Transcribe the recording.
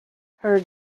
her